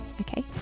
Okay